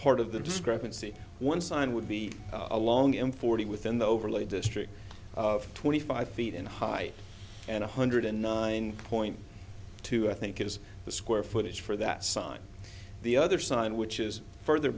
part of the discrepancy one sign would be along in forty within the overlay district of twenty five feet in height and one hundred nine point two i think is the square footage for that sign the other sign which is further